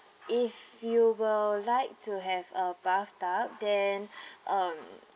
if you will like to have a bathtub then um